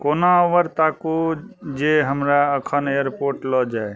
कोना उबर ताकू जे हमरा एखन एयरपोर्ट लऽ जाय